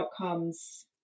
outcomes